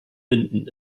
bindend